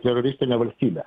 teroristinė valstybė